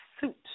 suit